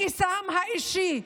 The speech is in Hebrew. מכיסם האישי,